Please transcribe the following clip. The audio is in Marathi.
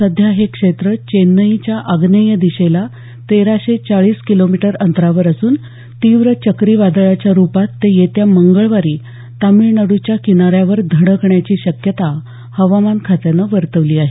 सध्या हे क्षेत्र चेन्नईच्या आग्नेय दिशेला तेराशे चाळीस किलोमीटर अंतरावर असूनतीव्र चक्रीवादळाच्या रूपात ते येत्या मंगळवारी तामिळनाडूच्या किनाऱ्यावर धडकण्याची शक्यता हवामान खात्यानं वर्तवली आहे